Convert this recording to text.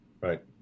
Right